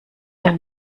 den